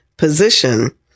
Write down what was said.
position